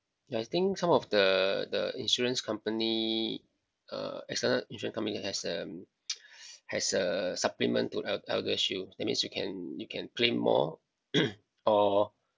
ya I think some of the the insurance company uh external insurance company has uh has a supplement to el~ eldershield that means you can you can claim more or